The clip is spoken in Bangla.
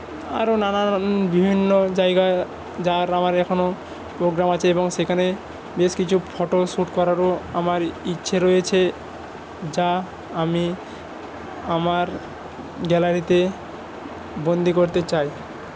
আরও নানান বিভিন্ন জায়গায় যাওয়ার আমার এখনও প্রোগ্রাম আছে এবং সেখানে বেশ কিছু ফটোশ্যুট করারও আমার ইচ্ছে রয়েছে যা আমি আমার গ্যালারিতে বন্দি করতে চাই